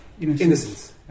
Innocence